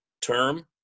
term